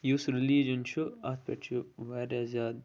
یُس ریٚلِجَن چھُ اَتھ پٮ۪ٹھ چھِ وارِیاہ زیادٕ